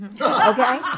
Okay